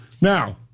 Now